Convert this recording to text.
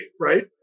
Right